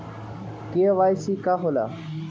KYC का होला?